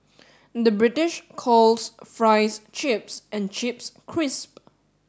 the British calls fries chips and chips crisp